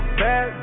bad